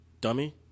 dummy